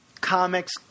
comics